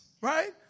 right